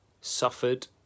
suffered